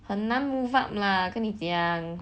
很难 move up lah 跟你讲